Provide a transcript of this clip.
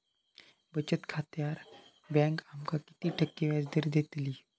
बचत खात्यार बँक आमका किती टक्के व्याजदर देतली?